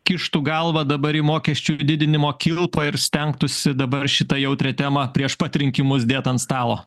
kištų galvą dabar į mokesčių didinimo kilpą ir stengtųsi dabar šitą jautrią temą prieš pat rinkimus dėt ant stalo